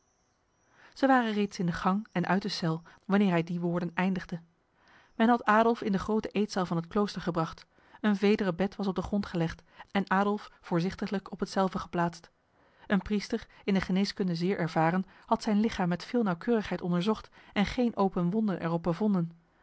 zij waren reeds in de gang en uit de cel wanneer hij die woorden eindigde men had adolf in de grote eetzaal van het klooster gebracht een vederen bed was op de grond gelegd en adolf voorzichtiglijk op hetzelve geplaatst een priester in de geneeskunde zeer ervaren had zijn lichaam met veel nauwkeurigheid onderzocht en geen open wonden erop bevonden